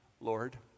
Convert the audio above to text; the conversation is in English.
Lord